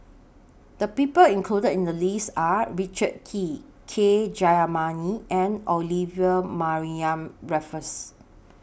The People included in The list Are Richard Kee K Jayamani and Olivia Mariamne Raffles